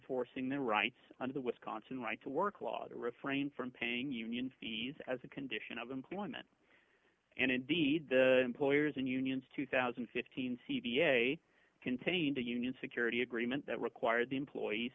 enforcing their rights under the wisconsin right to work law to refrain from paying union fees as a condition of employment and indeed the employers and unions two thousand and fifteen c v a contained a union security agreement that required the employees